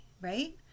Right